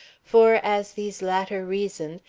for, as these latter reasoned,